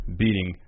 beating